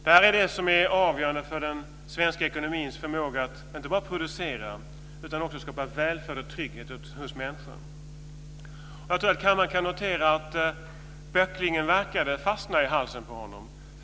Det här är det som är avgörande för den svenska ekonomins förmåga att inte bara producera utan också skapa välfärd och trygghet hos människan. Kammaren kan notera att böcklingen verkade fastna i halsen på honom.